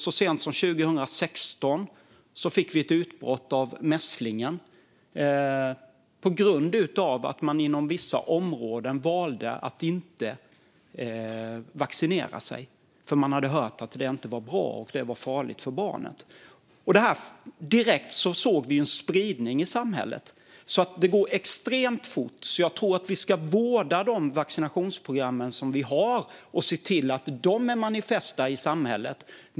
Så sent som 2016 fick vi ett utbrott av mässling på grund av att man inom vissa områden valde att inte vaccinera sig. Man hade hört att det inte var bra och att det var farligt för barnet. Direkt såg vi en spridning i samhället. Det går alltså extremt fort. Jag tror att vi ska vårda de vaccinationsprogram som vi har och se till att de är manifesta i samhället.